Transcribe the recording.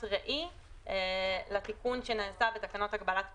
ראי לתיקון שנעשה בתקנות הגבלת פעילות.